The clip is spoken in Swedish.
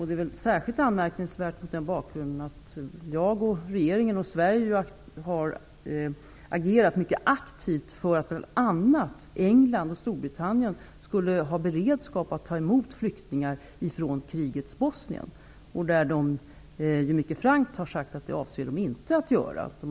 Det är särskilt anmärkningsvärt mot bakgrund av att jag, regeringen och Sverige mycket aktivt har agerat för att bl.a. England och Storbritannien skulle ha beredskap att ta emot flyktingar från krigets Bosnien. Men man har mycket frankt sagt att man inte avser att göra det.